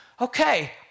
okay